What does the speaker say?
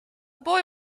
boy